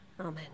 Amen